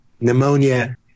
Pneumonia